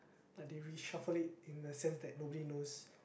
but they reshuffle it in the sense that nobody knows